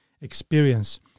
experience